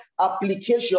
application